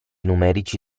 numerici